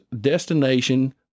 destination